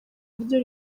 ryo